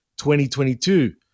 2022